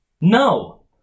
No